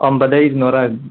ഒൻപതേ ഇരുന്നൂറായിരുന്നു